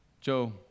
Joe